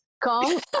come